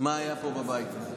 מה היה פה בבית הזה.